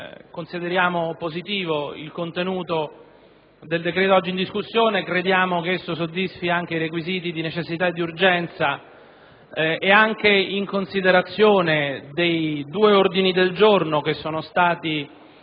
consideriamo positivo il contenuto del decreto-legge oggi in discussione; crediamo che soddisfi i requisiti di necessità ed urgenza e, anche in considerazione dei due ordini del giorno che sono stati